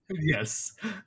Yes